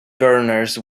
governors